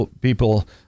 people